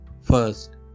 first